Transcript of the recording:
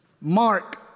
Mark